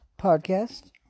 podcast